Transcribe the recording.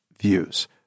views